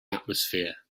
atmosphere